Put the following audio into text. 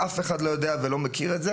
שאף אחד לא יודע עליהן ולא מכיר אותן.